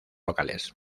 locales